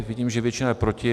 Vidím, že většina je proti.